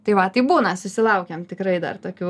tai va tai būna susilaukiam tikrai dar tokių